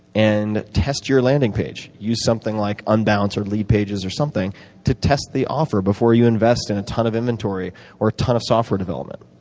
and test your landing page. use something like unbounce or lead pages or something to test the offer before you invest in a ton of inventory or a ton of software development.